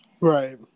Right